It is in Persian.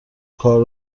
کار